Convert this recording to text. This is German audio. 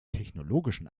technologischen